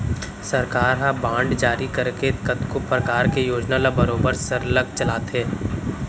सरकार ह बांड जारी करके कतको परकार के योजना ल बरोबर सरलग चलाथे